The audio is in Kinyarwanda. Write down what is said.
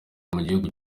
mugihugu